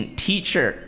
，teacher